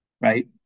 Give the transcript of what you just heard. right